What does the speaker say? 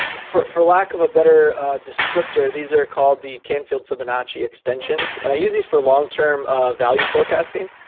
for for lack of a better descriptor, these are called the canfield fibonacci extensions. and i use these for long term value forecasting.